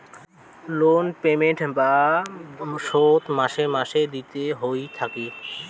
loan payment বা শোধ মাসে মাসে দিতে হই থাকি